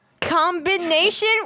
combination